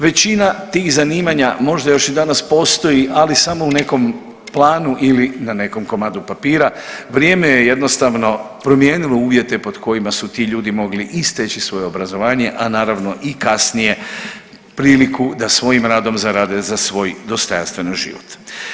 Većina tih zanimanja možda još i danas postoji, ali samo u nekom planu ili na nekom komadu papira, vrijeme je jednostavno promijenilo uvjete pod kojima su ti ljudi mogli i steći svoje obrazovanje, a naravno i kasnije priliku da svojim radom zarade za svoj dostojanstven život.